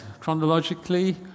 chronologically